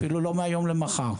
אפילו לא מהיום למחר.